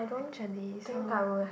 actually so